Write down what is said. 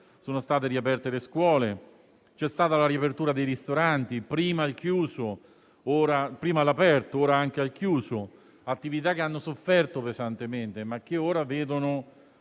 Sono state riaperte le scuole e c'è stata la riapertura dei ristoranti, prima all'aperto e ora anche al chiuso: attività che hanno sofferto pesantemente, ma che ora vedono